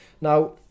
Now